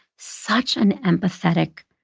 such an empathetic,